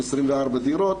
24 דירות,